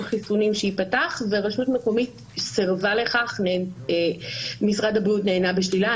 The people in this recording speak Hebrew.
חיסונים שייפתח ורשות מקומית סירבה לכך ומשרד הבריאות נענה בשלילה.